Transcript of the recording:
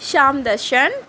Siam Darshan